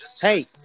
Hey